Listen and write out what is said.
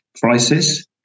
crisis